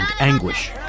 anguish